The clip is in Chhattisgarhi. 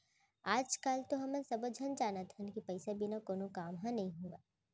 आज काल तो हमन सब्बो झन जानत हन कि पइसा बिना कोनो काम ह नइ होवय